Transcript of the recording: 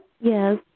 Yes